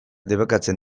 debekatzen